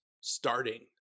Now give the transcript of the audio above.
starting